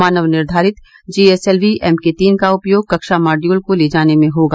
मानव निर्धारित GSLV MK तीन का उपयोग कक्षा मॉड्यूल को ले जाने में होगा